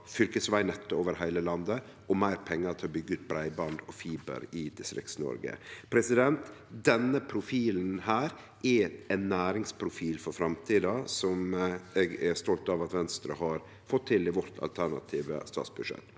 fylkesvegnettet over heile landet og meir pengar til å byggje ut breiband og fiber i Distrikts-Noreg. Denne profilen er ein næringsprofil for framtida, som eg er stolt av at Venstre har fått til i vårt alternative statsbudsjett.